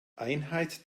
einheit